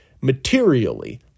materially